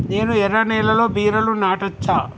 నేను ఎర్ర నేలలో బీరలు నాటచ్చా?